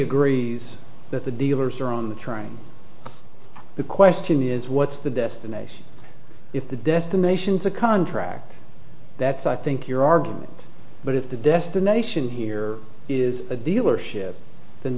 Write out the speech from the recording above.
agrees that the dealers are on the train the question is what's the destination if the destinations a contract that's i think your argument but if the destination here is a dealership then